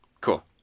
Cool